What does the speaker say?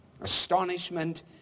Astonishment